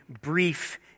brief